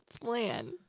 plan